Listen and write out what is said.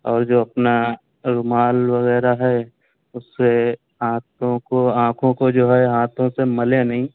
اور جو اپنا رومال وغیرہ ہے اس سے ہاتھوں کو آنکھوں کو جو ہے ہاتھوں سے ملیں نہیں